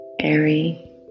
airy